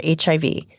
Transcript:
HIV